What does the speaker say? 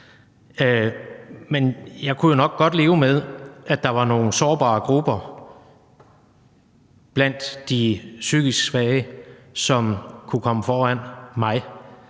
men jeg kunne jo nok godt leve med, at der var nogle sårbare grupper blandt de psykisk svage, som kunne komme foran mig,